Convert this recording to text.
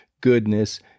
goodness